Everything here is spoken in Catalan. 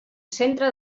centre